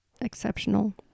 exceptional